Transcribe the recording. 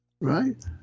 right